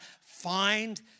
find